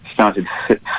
started